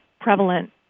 prevalent